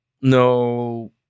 no